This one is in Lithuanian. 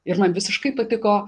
ir man visiškai patiko